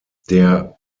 der